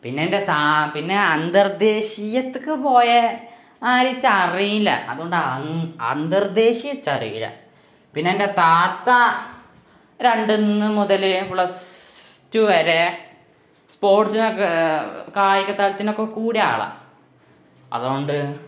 പിന്നെൻ്റെ താ പിന്നെ അന്തര്ദ്ദേശീയത്തേക്കു പോയാൽ ആരെയും ച അറിയില്ല അൻ അന്തര് ദേശീയ ച്ചാ അറിയില്ല പിന്നെന്റെ താത്താ രണ്ടിൽ നിന്നു മുതൽ പ്ലസ് റ്റു വരെ സ്പോര്ട്സൊക്കെ കായികതലത്തിനൊക്കെ കൂടിയ ആളാണ് അതു കൊണ്ട്